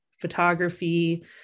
photography